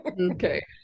Okay